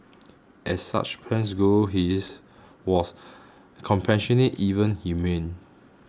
as such plans go his was compassionate even humane